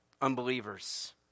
unbelievers